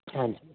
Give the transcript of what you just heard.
ਹਾਂਜੀ